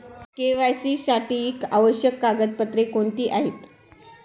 KYC साठी आवश्यक कागदपत्रे कोणती आहेत?